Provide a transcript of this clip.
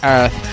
Earth